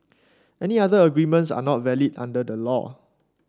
any other agreements are not valid under the law